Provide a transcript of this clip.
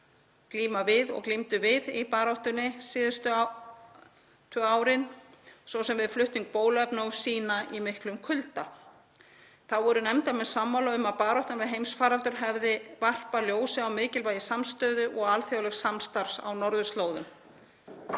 norðurslóða glímdu við í baráttunni síðustu tvö árin, svo sem við flutning bóluefna og sýna í miklum kulda. Þá voru nefndarmenn sammála um að baráttan við heimsfaraldur hefði varpað ljósi á mikilvægi samstöðu og alþjóðlegs samstarfs á norðurslóðum.